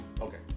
Okay